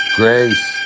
grace